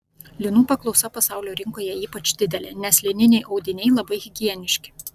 linų paklausa pasaulio rinkoje ypač didelė nes lininiai audiniai labai higieniški